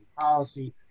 policy